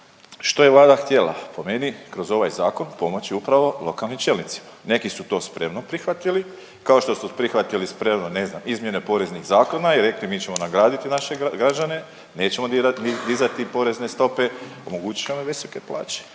što je Vlada htjela? Po meni, kroz ovaj Zakon pomoći upravo lokalnim čelnicima. Neki su to spremno prihvatili kao što su prihvatili spremno, ne znam, izmjene poreznih zakona i rekli, mi ćemo nagraditi naše građane, nećemo dizati porezne stope, omogućit ćemo visoke plaće,